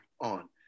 on